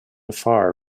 far